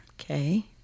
Okay